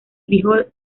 frijol